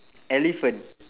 elephant